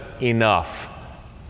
enough